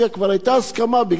בגלל השרפה הגדולה שהיתה,